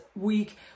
week